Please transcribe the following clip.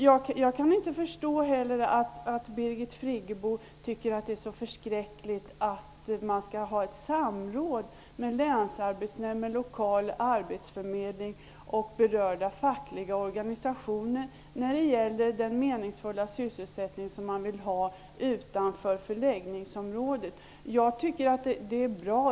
Jag kan inte förstå att Birgit Friggebo tycker att det är så förskräckligt att man skall ha samråd med länsarbetsnämnd, lokal arbetsförmedling och berörda fackliga organisationer när det gäller den meningsfulla sysselsättning som man vill ha utanför förläggningsområdet. Jag tycker det är bra.